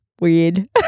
weird